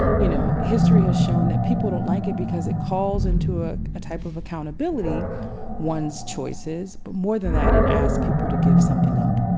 you know, history has shown that people don't like it because it calls into a type of accountability one's choices, but more than that, it asks people to give something up.